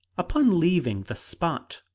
upon leaving the spot,